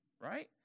right